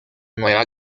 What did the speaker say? nueva